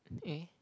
eh